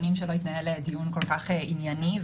שנים שלא התנהל דיון כל-כך ענייני.